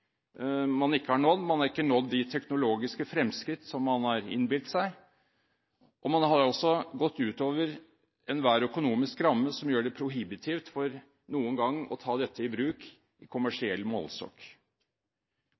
man ikke har nådd: Man har ikke nådd de teknologiske fremskritt som man innbilte seg, og man har også gått utover enhver økonomisk ramme, noe som er prohibitivt for noen gang å ta dette i bruk i